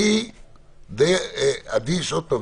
אני די אדיש עוד פעם,